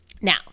Now